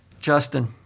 Justin